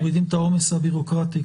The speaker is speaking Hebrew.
מורידים את העומס הבירוקרטי.